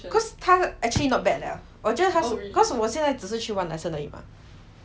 cause 他 actually not bad 我觉得他 cause 我只是去 one lesson 而已 mah